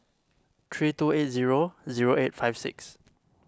three two eight zero zero eight five six